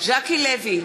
ז'קי לוי,